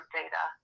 data